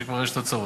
שכבר יש תוצאות.